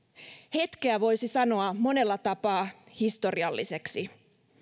hetkeä voisi sanoa monella tapaa historialliseksi